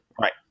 right